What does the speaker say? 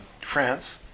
France